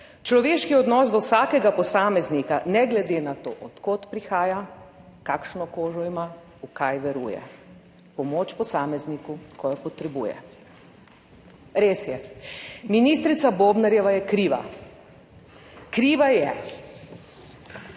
Človeški odnos do vsakega posameznika, ne glede na to, od kod prihaja, kakšno kožo ima, v kaj veruje, pomoč posamezniku, ko jo potrebuje. Res je, ministrica Bobnarjeva je kriva. Kriva je,